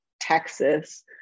Texas